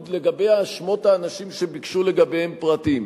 לגבי שמות האנשים שביקשו לגביהם פרטים.